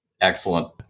Excellent